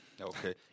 Okay